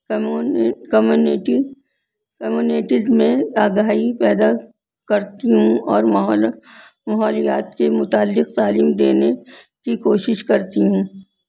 کمونی community communities میں آگاہی پیدا کرتی ہوں اور ماحول ماحولیات کے متعلق تعلیم دینے کی کوشش کرتی ہوں